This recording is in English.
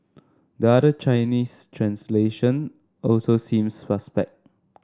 the other Chinese translation also seems suspect